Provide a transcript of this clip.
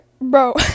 bro